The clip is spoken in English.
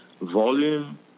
volume